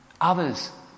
others